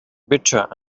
bitter